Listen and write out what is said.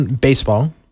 baseball